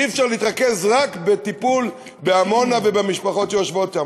אי-אפשר להתרכז רק בטיפול בעמונה ובמשפחות שיושבות שם.